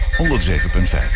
107.5